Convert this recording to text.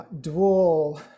dual